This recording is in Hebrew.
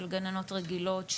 של גננות רגילות,